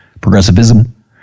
progressivism